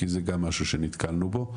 כי זה גם משהו שנתקלנו בו.